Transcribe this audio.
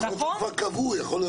יכול להיות שכבר קבעו.